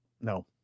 No